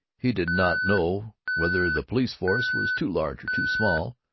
he did not know whether the police force was too large or too small,